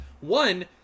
One